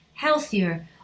healthier